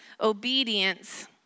obedience